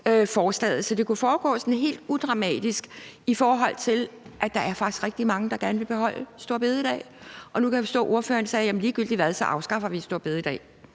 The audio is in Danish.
forslaget. Så det kunne foregå sådan helt udramatisk, i forhold til at der faktisk er rigtig mange, der gerne vil beholde store bededag. Nu kan jeg forstå, at ordføreren sagde: Jamen ligegyldigt hvad, afskaffer vi store bededag.